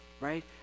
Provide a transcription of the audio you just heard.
right